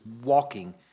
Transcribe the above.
walking